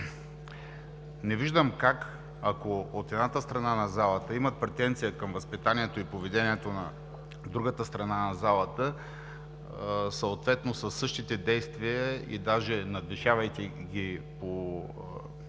Не виждам как, ако от едната страна на залата имат претенции към възпитанието и поведението на другата страна на залата, съответно със същите действия и даже надвишавайки ги по